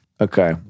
Okay